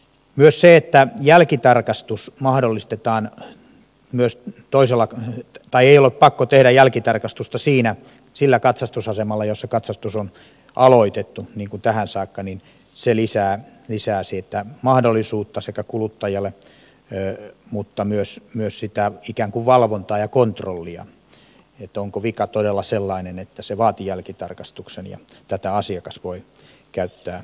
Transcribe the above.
myös se että jälkitarkastusta ei ole pakko tehdä sillä katsastusasemalla jossa katsastus on aloitettu niin kuin tähän saakka lisää sitä mahdollisuutta kuluttajalle mutta myös sitä ikään kuin valvontaa ja kontrollia että onko vika todella sellainen että se vaati jälkitarkastuksen ja tätä asiakas voi käyttää hyväkseen